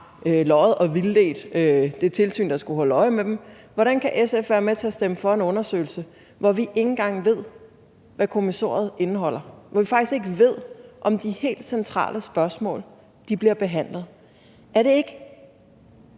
løjet for og vildledt det tilsyn, der skulle holde øje med dem? Hvordan kan SF være med til at stemme for en undersøgelse, hvor vi ikke engang ved, hvad kommissoriet indeholder, hvor vi faktisk ikke ved, om de helt centrale spørgsmål bliver behandlet? Er det ikke